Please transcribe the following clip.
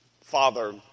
father